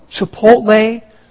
Chipotle